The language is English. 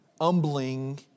humbling